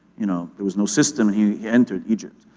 you know there was no system he entered egypt.